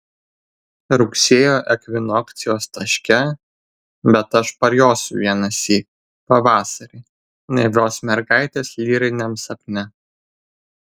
rugsėjo ekvinokcijos taške bet aš parjosiu vienąsyk pavasarį naivios mergaitės lyriniam sapne